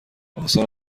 آسان